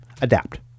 adapt